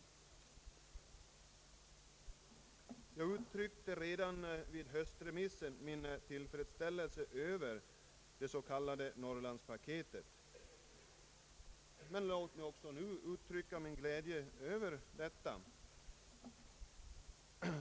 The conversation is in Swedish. Redan vid höstens remissdebatt uttryckte jag min tillfredsställelse över det s.k. Norrlandspaketet, men låt mig också nu uttrycka min glädje över detta.